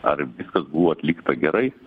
ar viskas buvo atlikta gerai